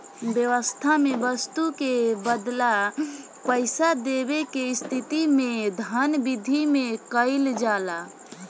बेवस्था में बस्तु के बदला पईसा देवे के स्थिति में धन बिधि में कइल जाला